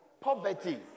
Poverty